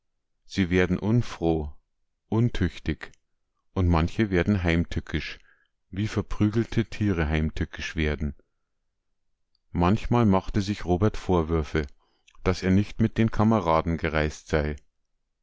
sie unfroh untüchtig und manche werden heimtückisch wie verprügelte tiere heimtückisch werden manchmal machte sich robert vorwürfe daß er nicht mit den kameraden gereist sei